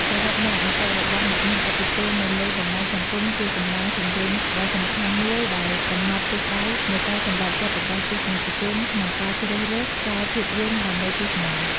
សរុបមក មតិរបស់អ្នកមានឥទ្ធិពលនៅលើបណ្តាញសង្គមជាកម្លាំងជំរុញដ៏សំខាន់មួយដែលកំណត់ទិសដៅនៃការសម្រេចចិត្តរបស់ទស្សនិកជនក្នុងការជ្រើសរើសខ្សែភាពយន្តដើម្បីទស្សនា។